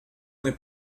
n’est